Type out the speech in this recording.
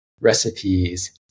recipes